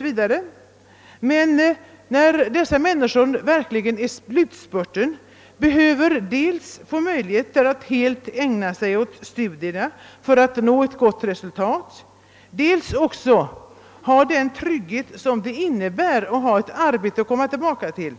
S. v., men när dessa människor verkligen i slutspurten behövt dels få möjligheter att helt ägna sig åt studierna för att nå ett så gott resultat som möjligt, dels också ha den trygghet som det innebär att ha ett arbete att komma tillbaka till,